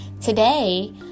today